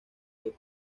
que